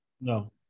No